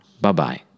bye-bye